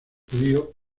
judío